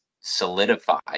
solidify